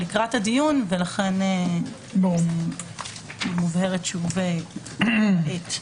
לקראת הדיון ולכן היא מובהרת שוב כעת.